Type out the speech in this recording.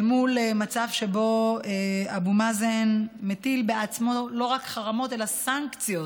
אל מול מצב שבו אבו מאזן מטיל בעצמו לא רק חרמות אלה סנקציות,